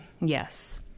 Yes